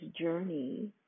journey